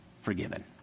forgiven